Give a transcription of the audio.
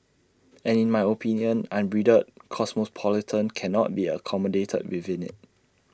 and in my opinion unbridled cosmopolitanism cannot be accommodated within IT